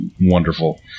wonderful